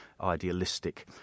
idealistic